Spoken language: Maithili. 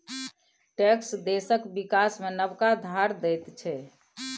टैक्स देशक बिकास मे नबका धार दैत छै